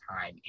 time